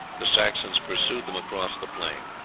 the saxons pursued them across the plain.